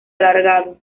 alargado